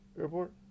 airport